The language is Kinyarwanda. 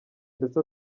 ndetse